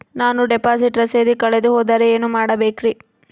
ನಾನು ಡಿಪಾಸಿಟ್ ರಸೇದಿ ಕಳೆದುಹೋದರೆ ಏನು ಮಾಡಬೇಕ್ರಿ?